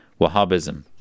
Wahhabism